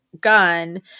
gun